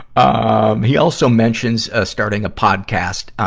um he also mentions, ah, starting a podcast ah,